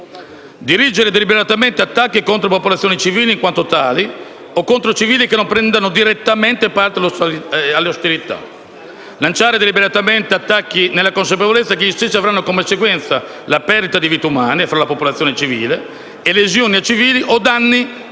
dirigere deliberatamente attacchi contro popolazioni civili in quanto tali o contro civili che non prendano direttamente parte alle ostilità; lanciare deliberatamente attacchi nella consapevolezza che stessi avranno come conseguenza la perdita di vite umane tra la popolazione civile e lesioni a civili o danni